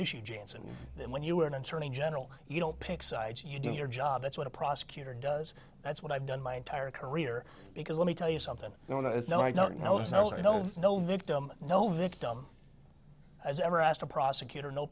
issue james and then when you are an attorney general you don't pick sides you do your job that's what a prosecutor does that's what i've done my entire career because let me tell you something no no no no no no no no victim no victim as ever asked a prosecutor no